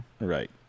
Right